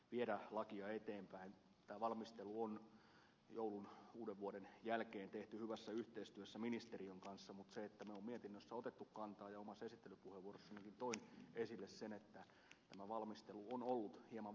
tämä valmistelu on joulun ja uudenvuoden jälkeen tehty hyvässä yhteistyössä ministeriön kanssa mutta me olemme mietinnössämme ottaneet kantaa siihen ja omassa esittelypuheenvuorossanikin toin esille sen että tämä valmistelu on ollut hieman vaatimatonta